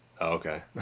Okay